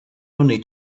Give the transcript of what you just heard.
only